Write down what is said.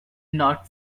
not